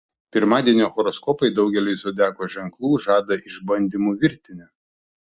pirmadienio horoskopai daugeliui zodiako ženklų žada išbandymų virtinę